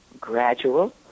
gradual